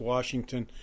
Washington